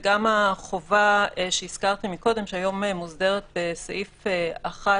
וגם החובה, שהזכרתי קודם, שהיום מוסדרת בסעיף 1,